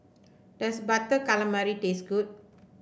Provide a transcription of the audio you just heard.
does Butter Calamari taste good